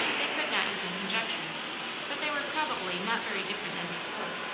they could not even conjecture but they were probably not very different than before,